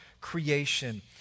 creation